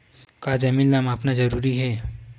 का जमीन ला मापना जरूरी हे?